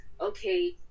okay